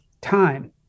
time